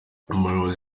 umuyobozi